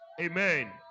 Amen